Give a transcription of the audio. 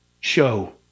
show